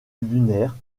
lunaire